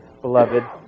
beloved